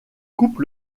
coupe